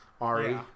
Ari